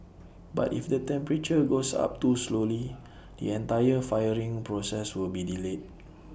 but if the temperature goes up too slowly the entire firing process will be delayed